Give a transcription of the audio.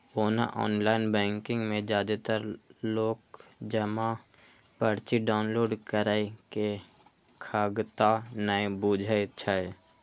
ओना online banking मे जादेतर लोक जमा पर्ची डॉउनलोड करै के खगता नै बुझै छै